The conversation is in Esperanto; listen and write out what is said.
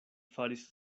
faris